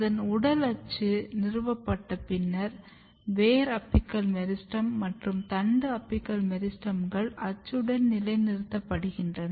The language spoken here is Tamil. அதன் உடல் அச்சு நிறுவப்பட்டு பின்னர் வேர் அபிக்கல் மெரிஸ்டெம் மற்றும் தண்டு அபிக்கல் மெரிஸ்டெம்கள் அச்சுடன் நிலைநிறுத்தப்படுகின்றன